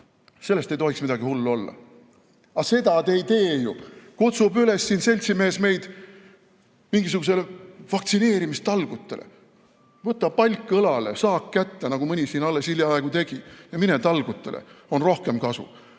sellest ei tohiks midagi hullu olla. Aga seda te ei tee ju! Kutsub üles siin seltsimees meid mingisugustele vaktsineerimistalgutele. Võta palk õlale, saag kätte, nagu mõni siin alles hiljaaegu tegi, ja mine talgutele, on rohkem kasu. Ei